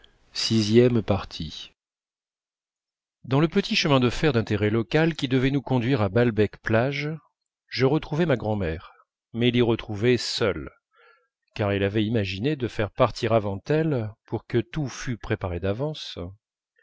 dans le petit chemin de fer d'intérêt local qui devait nous conduire à balbec plage je retrouvai ma grand'mère mais l'y retrouvai seule car elle avait imaginé de faire partir avant elle pour que tout fût préparé d'avance